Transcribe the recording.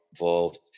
involved